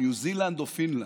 בניו זילנד או בפינלנד.